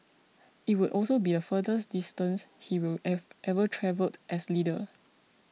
it would also be the furthest distance he will have ever travelled as leader